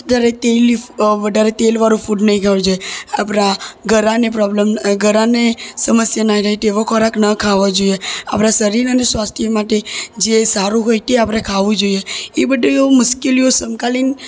વધારે તેલી વધારે તેલવાળું ફૂડ નહીં ખાવું જોઈએ આપરા ગરાને પ્રોબ્લેમ ગરાને સમસ્યા ના થાય તેવો ખોરાક ન ખાવો જોઈએ આપરા શરીર અને સ્વાસ્થ્ય માટે જે સારું હોય તે આપરે ખાવું જોઈએ એ બધીઓ મુશ્કેલીઓ સમકાલીન